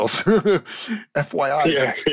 FYI